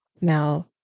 now